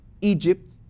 Egypt